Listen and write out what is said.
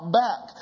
back